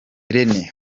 rene